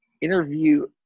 interview